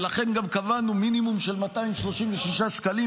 ולכן גם קבענו מינימום של 236 שקלים,